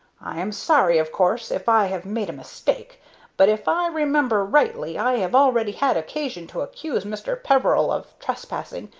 i am sorry, of course, if i have made a mistake but, if i remember rightly, i have already had occasion to accuse mr. peveril of trespassing,